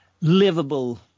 livable